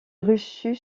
reçut